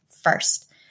first